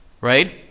right